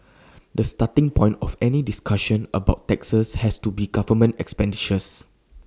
the starting point of any discussion about taxes has to be government expenditures